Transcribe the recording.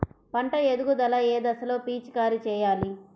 పంట ఎదుగుదల ఏ దశలో పిచికారీ చేయాలి?